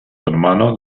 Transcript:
hermano